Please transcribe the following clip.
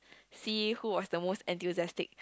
see who was the most enthusiastic